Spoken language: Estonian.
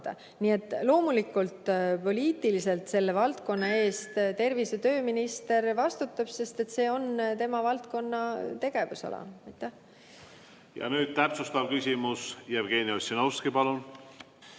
Aga loomulikult poliitiliselt selle valdkonna eest tervise- ja tööminister vastutab, see on tema valdkond. Ja nüüd täpsustav küsimus. Jevgeni Ossinovski, palun!